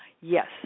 Yes